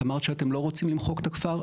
את אמרת שאתם לא רוצים למחוק את הכפר,